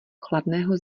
chladného